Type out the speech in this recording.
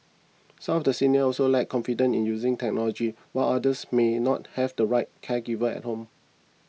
some of the seniors also lack confidence in using technology while others may not have the right caregivers at home